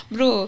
Bro